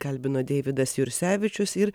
kalbino deividas jursevičius ir